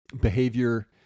behavior